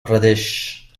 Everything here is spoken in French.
pradesh